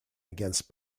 against